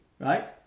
right